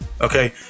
Okay